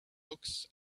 books